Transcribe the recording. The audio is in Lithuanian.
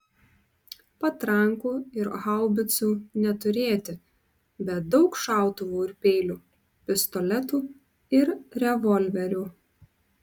patrankų ir haubicų neturėti bet daug šautuvų ir peilių pistoletų ir revolverių